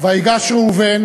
וייגש יהודה,